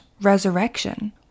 resurrection